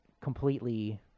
completely